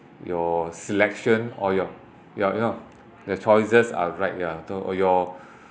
your selection or your your you know the choices are right yeah or your